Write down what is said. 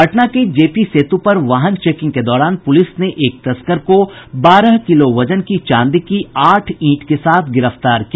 पटना के जेपी सेतु पर वाहन चेकिंग के दौरान पुलिस ने एक तस्कर को बारह किलो वजन की चांदी की आठ ईंट के साथ गिरफ्तार किया